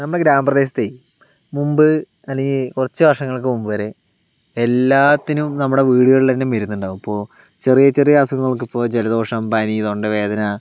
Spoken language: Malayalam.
നമ്മുടെ ഗ്രാമ പ്രദേശത്തെ മുമ്പ് അല്ലെങ്കിൽ കുറച്ച് വർഷങ്ങൾക്കു മുമ്പ് വരെ എല്ലാത്തിനും നമ്മുടെ വീടുകളിൽ തന്നെ മരുന്ന് ഉണ്ടാകും ഇപ്പോൾ ചെറിയ ചെറിയ അസുഖങ്ങൾക്ക് ഇപ്പോൾ ജലദോഷം പനി തൊണ്ടവേദന